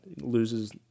loses